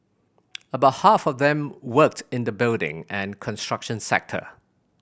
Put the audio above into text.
about half of them worked in the building and construction sector